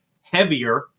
heavier